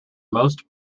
most